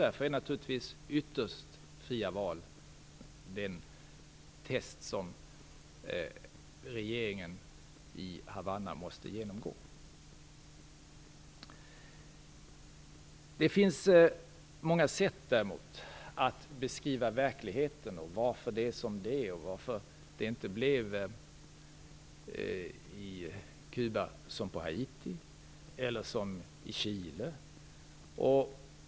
Därför är naturligtvis fria val ytterst det test som regeringen i Havanna måste genomgå. Det finns däremot många sätt att beskriva verkligheten, varför det är som det är och varför det på Kuba inte blev som på Haiti eller i Chile.